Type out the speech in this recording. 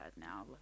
now